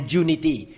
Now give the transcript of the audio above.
unity